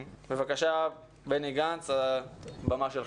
בבקשה, בני גנץ, הבמה שלך.